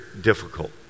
difficult